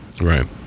right